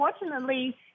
unfortunately